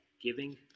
giving